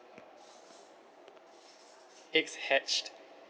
eggs hatched